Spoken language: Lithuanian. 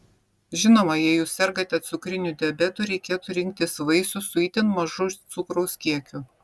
žinoma jei jūs sergate cukriniu diabetu reikėtų rinktis vaisius su itin mažu cukraus kiekiu